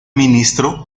ministro